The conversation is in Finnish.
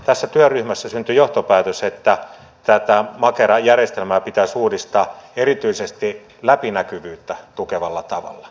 tässä työryhmässä syntyi johtopäätös että tätä makera järjestelmää pitäisi uudistaa erityisesti läpinäkyvyyttä tukevalla tavalla